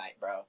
bro